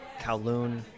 Kowloon